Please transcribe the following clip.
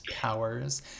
powers